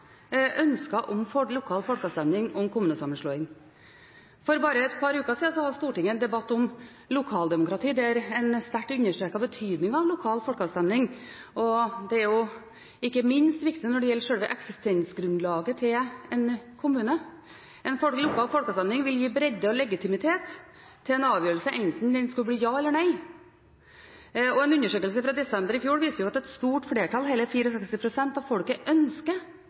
om lokal folkeavstemning om kommunesammenslåing. For bare et par uker siden hadde Stortinget en debatt om lokaldemokrati, der en sterkt understreket betydningen av lokal folkeavstemning, og det er ikke minst viktig når det gjelder selve eksistensgrunnlaget til en kommune. En lokal folkeavstemning vil gi bredde og legitimitet til en avgjørelse, enten den blir ja eller nei. En undersøkelse fra desember i fjor viser at et stort flertall, hele 64 pst. av folket,